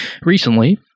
recently